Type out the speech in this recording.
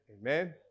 amen